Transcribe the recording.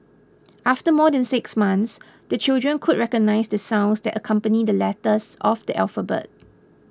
after more than six months the children could recognise the sounds that accompany the letters of the alphabet